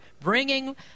bringing